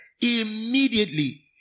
immediately